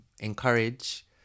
encourage